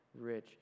rich